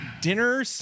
dinner